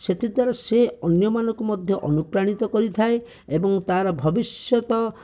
ସେଥି ଦ୍ଵାରା ସେ ଅନ୍ୟମାନଙ୍କୁ ମଧ୍ୟ ଅନୁପ୍ରାଣିତ କରିଥାଏ ଏବଂ ତାର ଭବିଷ୍ୟତ